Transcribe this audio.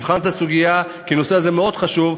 נבחן את הסוגיה, כי הנושא הזה מאוד חשוב.